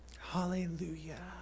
Hallelujah